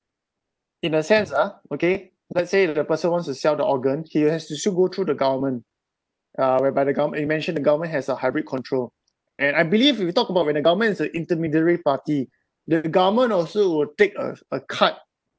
in a sense ah okay let's say the person wants to sell the organ he has to still go through the government uh whereby the govern~ you mention the government has a hybrid control and I believe if you talk about when the government is a intermediary party the government also will take a a cut